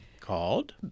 called